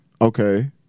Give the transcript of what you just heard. okay